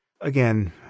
again